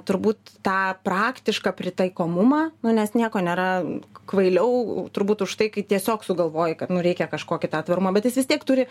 turbūt tą praktišką pritaikomumą nu nes nieko nėra kvailiau turbūt už tai kai tiesiog sugalvoji kad nu reikia kažkokį tą tvarumą bet jis vis tiek turi